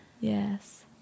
yes